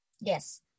Yes